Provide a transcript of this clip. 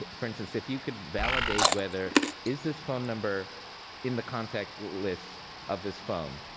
ah for instance, if you could validate whether is this phone number in the contact list of this phone.